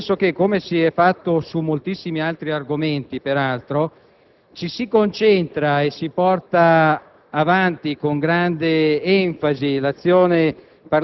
nel senso che, di fatto, dal punto di vista puramente legislativo, nel nostro Paese oggi è già impossibile procedere ad un'esecuzione capitale.